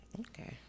okay